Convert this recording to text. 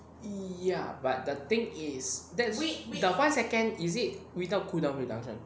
ya but the thing is that's the one second is it without cool down reduction